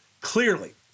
Clearly